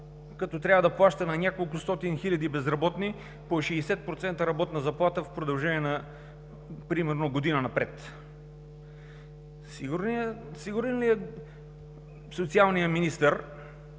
като трябва да плаща на няколкостотин хиляди безработни по 60% работна заплата в продължение примерно на година напред? Сигурен ли е социалният министър,